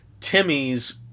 Timmy's